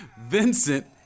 Vincent